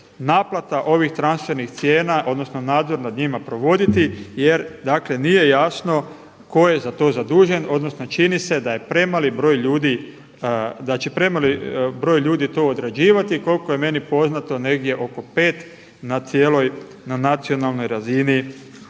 naplata ovih transfernih cijena odnosno nadzor nad njima provoditi jer nije jasno tko je za to zadužen odnosno čini se da će premali broj ljudi to odrađivati. Koliko je meni poznato negdje oko pet na cijeloj na